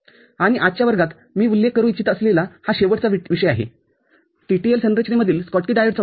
आणि आजच्या वर्गात मी येथे उल्लेख करू इच्छित असलेला शेवटचा विषय आहे TTL संरचनेमधील स्कॉटकी डायोडचा वापर